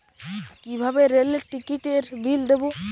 কিভাবে রেলের টিকিটের বিল দেবো?